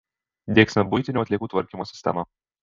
diegsime buitinių atliekų tvarkymo sistemą